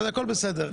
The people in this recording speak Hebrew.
אבל הכול בסדר.